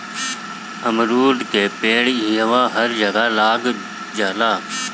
अमरूद के पेड़ इहवां हर जगह लाग जाला